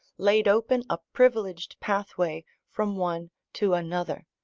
laid open a privileged pathway from one to another.